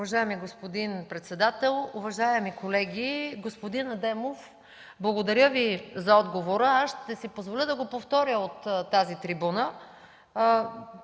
Уважаеми господин председател, уважаеми колеги! Господин Адемов, благодаря за отговора. Ще си позволя да го повторя от тази трибуна.